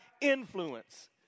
influence